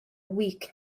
week